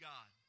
God